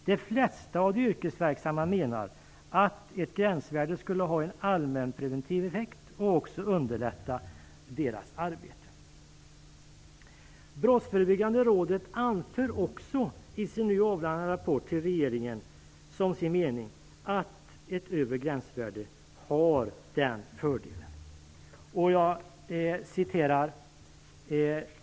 De flesta av de yrkesverksamma menar att ett gränsvärde skulle ha en allmänpreventiv effekt och också underlätta deras arbete. Brottsförebyggande rådet anför också i sin nu avlagda rapport till regeringen som sin mening att ett övre gränsvärde har den fördelen.